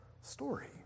story